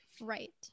Right